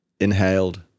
Inhaled